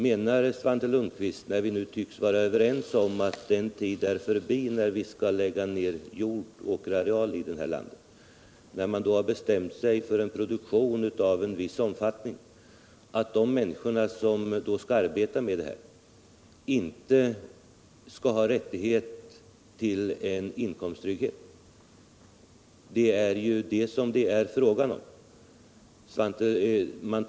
Vi tycks ju nu vara överens om att den tid är förbi när vi lade ner åkerareal här i landet. När man alltså har bestämt sig för en produktion av en viss omfattning, menar Svante Lundkvist då att de människor som skall arbeta i denna näring inte skall ha rätt till inkomsttrygghet? Det är ju detta det är fråga om.